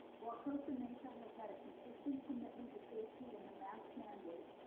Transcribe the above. while costa mesa has had a consistent commitment to safety and the mask mandate,